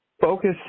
Focus